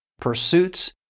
pursuits